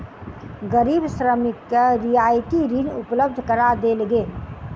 गरीब श्रमिक के रियायती ऋण उपलब्ध करा देल गेल